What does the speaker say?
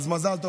אז מזל טוב,